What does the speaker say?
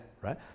Right